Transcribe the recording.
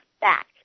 back